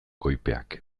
koipeak